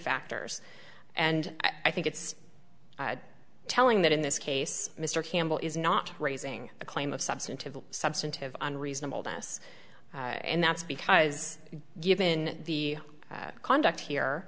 factors and i think it's telling that in this case mr campbell is not raising the claim of substantive substantive unreasonable this and that's because given the conduct here